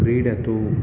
क्रीडतु